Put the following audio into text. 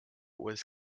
was